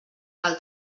cal